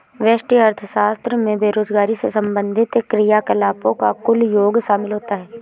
व्यष्टि अर्थशास्त्र में बेरोजगारी से संबंधित क्रियाकलापों का कुल योग शामिल होता है